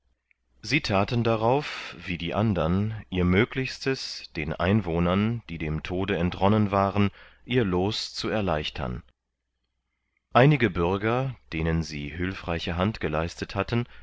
sie thaten darauf wie die andern ihr möglichstes den einwohnern die dem tode entronnen waren ihr loos zu erleichtern einige bürger denen sie hülfreiche hand geleistet hatten